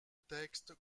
texte